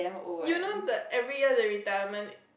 you know the every year the retirement